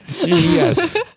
Yes